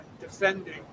defending